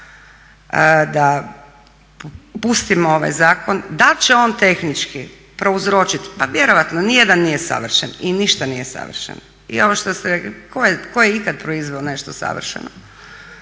da pustimo ovaj zakon, dal će on tehnički prouzročit, pa vjerojatno, nije da nije savršen i ništa nije savršeno. I ovo što ste rekli tko je ikad proizveo nešto savršeno?